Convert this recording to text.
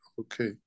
okay